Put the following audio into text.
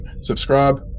subscribe